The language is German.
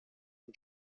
ihn